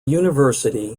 university